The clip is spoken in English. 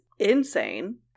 Insane